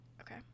Okay